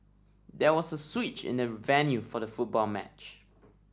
there was a switch in the venue for the football match